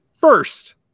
First